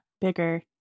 Bigger